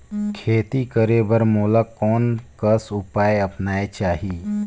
खेती करे बर मोला कोन कस उपाय अपनाये चाही?